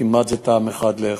כמעט זה תאם אחד לאחד.